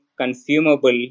consumable